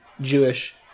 Jewish